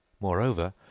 Moreover